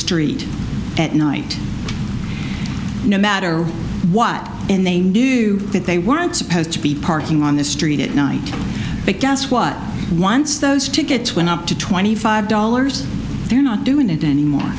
street at night no matter what and they knew that they weren't supposed to be parking on the street at night but guess what once those tickets went up to twenty five dollars they're not doing it any more